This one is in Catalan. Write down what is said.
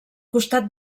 costat